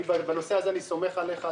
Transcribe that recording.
בנושא הזה אני סומך עליך,